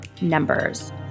numbers